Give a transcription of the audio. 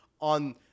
on